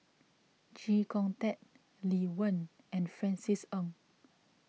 Chee Kong Tet Lee Wen and Francis Ng